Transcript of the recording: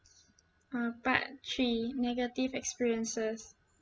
uh part three negative experiences